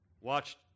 watched